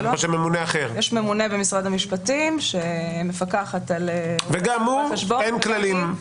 יש ממונה במשרד המשפטים שמפקחת על רואי חשבון ועורכי דין.